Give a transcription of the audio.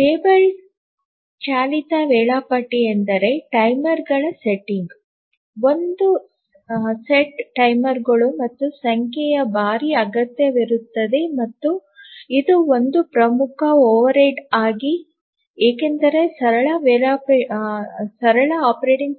table ಚಾಲಿತ ವೇಳಾಪಟ್ಟಿ ಎಂದರೆ ಟೈಮರ್ಗಳ ಸೆಟ್ಟಿಂಗ್ ಒಂದು ಸೆಟ್ ಟೈಮರ್ಗಳು ಮತ್ತು ಸಂಖ್ಯೆಯ ಬಾರಿ ಅಗತ್ಯವಿರುತ್ತದೆ ಮತ್ತು ಇದು ಒಂದು ಪ್ರಮುಖ ಓವರ್ಹೆಡ್ ಆಗಿದೆ ಏಕೆಂದರೆ ಸರಳ ಆಪರೇಟಿಂಗ್